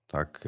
Tak